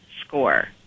score